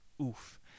Oof